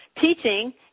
teaching